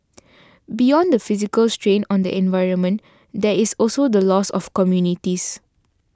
beyond the physical strain on the environment there is also the loss of communities